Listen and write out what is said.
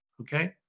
Okay